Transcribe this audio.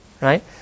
right